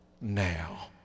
now